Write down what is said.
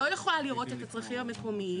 לא יכולה לראות את הצרכים המקומיים,